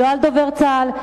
לא על דובר צה"ל,